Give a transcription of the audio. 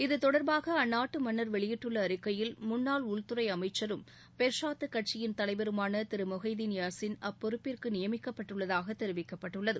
இத்தொடர்பாக அந்நாட்டு மன்னர் வெளியிட்டுள்ள அறிக்கையில் முன்னாள் உள்துறை அமைச்சரும் பெர்சாத்து கட்சியின் தலைவருமான திரு மொகைதீன் யாசின் அப்பொறுப்பிற்கு நியமிக்கப்பட்டுள்ளதாக தெரிவிக்கப்பட்டுள்ளது